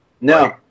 no